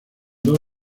dos